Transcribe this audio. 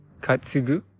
katsugu